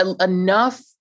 enough